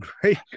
Great